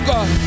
God